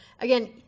again